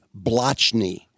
Blotchney